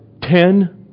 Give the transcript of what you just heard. Ten